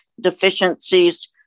deficiencies